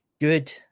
good